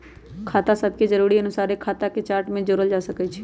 खता सभके जरुरी अनुसारे खता के चार्ट में जोड़ल जा सकइ छै